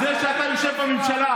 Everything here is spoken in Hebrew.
זה אתה יושב בממשלה,